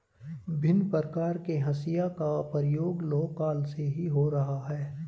भिन्न प्रकार के हंसिया का प्रयोग लौह काल से ही हो रहा है